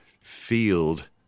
field